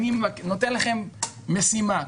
אני נותן לכן משימה.